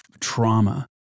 trauma